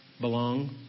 belong